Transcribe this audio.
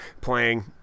playing